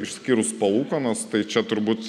išskyrus palūkanas tai čia turbūt